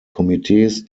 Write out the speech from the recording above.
komitees